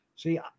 See